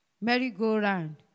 merry-go-round